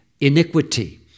iniquity